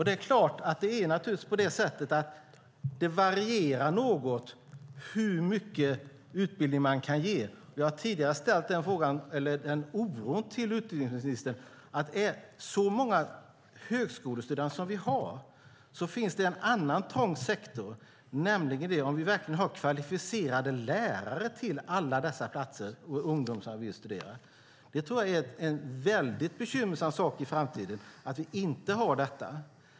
Det är klart att det är på det sättet att det varierar något hur mycket utbildning man kan ge. Jag har tidigare med utbildningsministern talat om en oro för att det med så många högskolestudenter som vi har finns en annan trång sektor, nämligen om vi verkligen har kvalificerade lärare till alla dessa platser och ungdomar som vill studera. Det tror jag är en väldigt bekymmersam sak i framtiden att vi inte har detta.